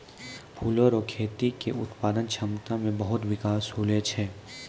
फूलो रो खेती के उत्पादन क्षमता मे बहुत बिकास हुवै छै